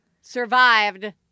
survived